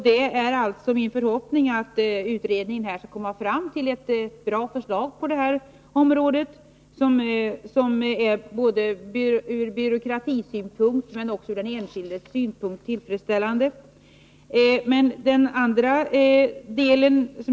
Det är min förhoppning att utredningen skall komma fram till ett bra förslag på det här området, som ur byråkratisynpunkt men också ur den enskildes synpunkt är tillfredsställande.